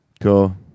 Cool